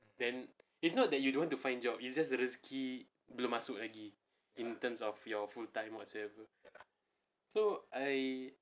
then it's not that you don't want to find job it's just the rezeki belum masuk lagi in terms of your full time whatsoever so I